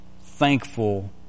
thankful